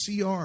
CR